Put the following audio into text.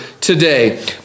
today